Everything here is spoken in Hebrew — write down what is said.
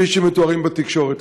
כפי שמתואר בתקשורת.